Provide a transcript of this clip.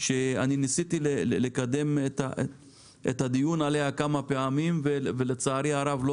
שאני ניסיתי לקדם את הדיון עליה כמה פעמים ולצערי הרב,